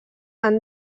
han